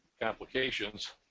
complications